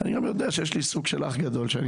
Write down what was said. אני גם יודע שיש לי סוג של אח גדול שאני